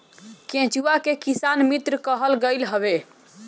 केचुआ के किसान मित्र कहल गईल हवे